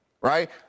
Right